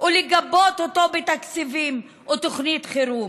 ולגבות אותו בתקציבים ותוכנית חירום.